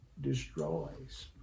destroys